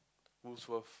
Woolworths